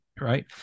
right